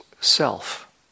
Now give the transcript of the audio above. self